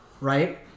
right